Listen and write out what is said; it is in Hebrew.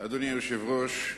אדוני היושב-ראש,